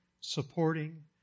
supporting